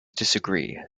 disagree